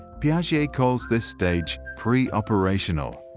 piaget calls this stage pre-operational.